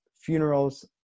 funerals